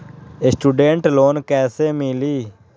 Student loan कैसे मिली?